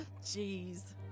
Jeez